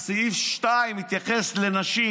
"; סעיף 2 מתייחס לנשים,